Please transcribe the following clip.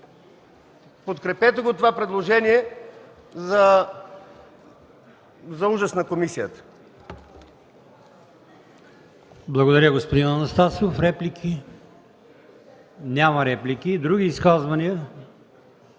Подкрепете това предложение за ужас на комисията!